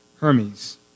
Hermes